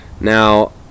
Now